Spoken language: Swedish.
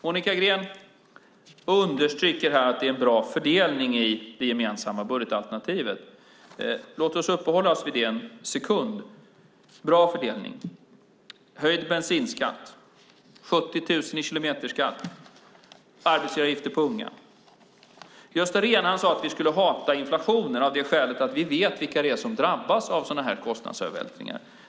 Monica Green understryker att det är en bra fördelning i det gemensamma budgetalternativet. Låt oss uppehålla oss vid det en sekund. Bra fördelning: höjd bensinskatt, 70 000 i kilometerskatt, arbetsgivaravgifter på unga. Gösta Rehn sade att vi skulle hata inflationen av det skälet att vi vet vilka det är som drabbas av sådana här kostnadsövervältringar.